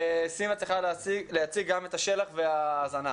סימה צריכה להציג גם את השל"ח ואת ההזנה.